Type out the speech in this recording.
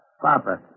Papa